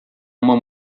uma